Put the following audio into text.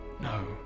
No